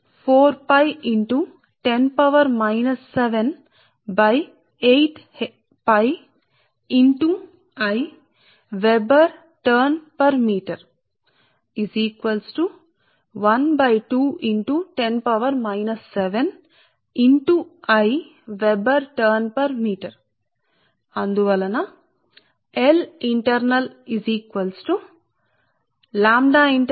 కాబట్టి మీరు ఇక్కడ ప్రతిక్షేపిస్తే weber turn square meter సరే లేదా weber turnmeterసరే కాబట్టి లాంబ్డా అంతర్గతం గా ఇది మీటరు కు ఫ్లక్స్ లింకేజీ కాబట్టి అంతర్గత ఇండక్టెన్స్ ƛint I కు సమానం